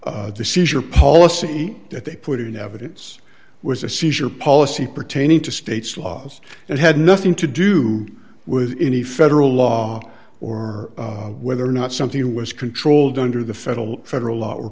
it the seizure policy that they put in evidence was a seizure policy pertaining to state's laws and had nothing to do with any federal law or whether or not something was controlled under the federal federal law